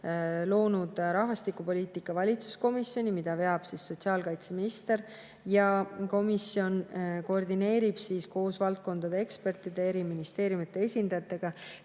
loonud rahvastikupoliitika valitsuskomisjoni, mida veab sotsiaalkaitseminister. Komisjon koordineerib koos valdkondade ekspertide ja ministeeriumide esindajatega